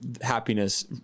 happiness